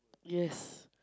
yes